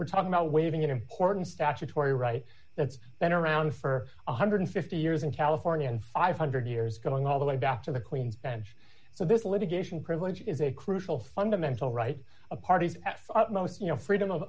we're talking about waiving important statutory right that's been around for one hundred and fifty years in california and five hundred years going all the way back to the queen's bench so this litigation privilege is a crucial fundamental right of parties at most you know freedom of